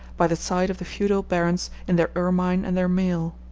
by the side of the feudal barons in their ermine and their mail.